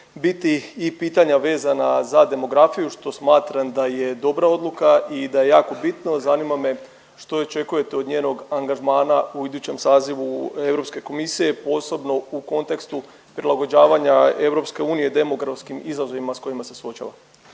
biti i pitanja vezana za demografiju što smatram da je dobra odluka i da je jako bitno, zanima me što očekujete od njenog angažmana u idućem sazivu Europske komisije posebno u kontekstu prilagođavanja EU demografskim izazovima s kojima se suočavamo.